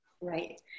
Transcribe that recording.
Right